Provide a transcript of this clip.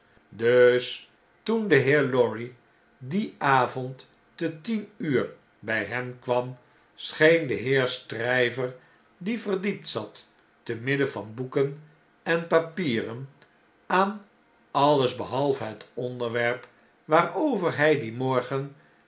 dus toen de heer lorry dien avond ten tien uur bij hem kwam scheen de heer stryver die verdiept zat te midden van boeken en papieren aan alles behalve het onderwerp waarover hjj dien morgen